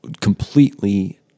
completely